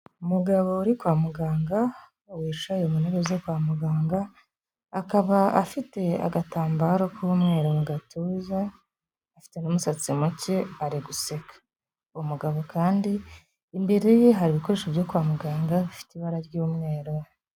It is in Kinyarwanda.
Umugabo uri kwa muganga, wicaye mu ntero zo kwa muganga, akaba afite agatambaro k'umweru mu gatuza, afite n'umusatsi muke ari guseka, uwo mugabo kandi imbere ye hari ibikoresho byo kwa muganga bifite ibara ry'umweru.